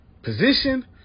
Position